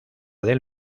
del